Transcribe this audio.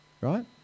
right